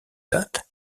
date